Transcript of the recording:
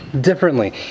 differently